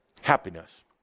Happiness